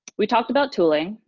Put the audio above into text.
we talked about tooling,